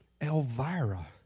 Elvira